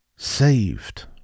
Saved